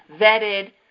vetted